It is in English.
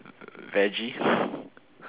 veggies